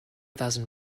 thousand